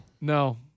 no